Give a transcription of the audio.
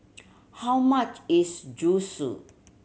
how much is Zosui